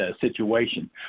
situation